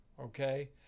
okay